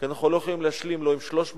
כי אנחנו לא יכולים להשלים לא עם 300,